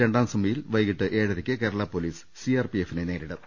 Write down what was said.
രണ്ടാം സെമിയിൽ വൈകീട്ട് ഏഴരക്ക് കേരള പൊലീസ് സിആർപി എഫിനെ നേരിടും